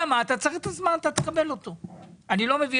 אני נותן